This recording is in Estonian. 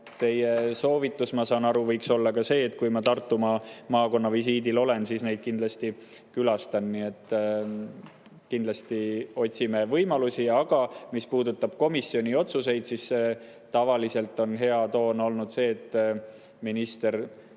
Teie soovitus, ma saan aru, võiks olla ka see, et kui ma Tartumaal visiidil olen, siis ma neid külastaksin. Kindlasti me otsime võimalusi. Aga mis puudutab komisjoni otsuseid, siis tavaliselt on hea toon olnud see, et minister